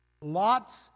lots